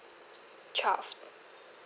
twelve